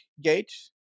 gate